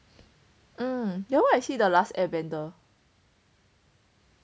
um then why is he the last airbender